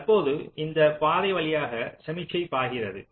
தற்பொழுது இந்தப் பாதை வழியாக சமிக்ஞை பாய்கிறது